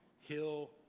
Hill